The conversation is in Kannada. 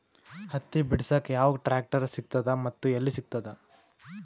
ಹತ್ತಿ ಬಿಡಸಕ್ ಯಾವ ಟ್ರಾಕ್ಟರ್ ಸಿಗತದ ಮತ್ತು ಎಲ್ಲಿ ಸಿಗತದ?